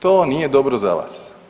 To nije dobro za vas.